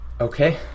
Okay